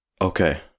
Okay